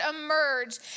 emerge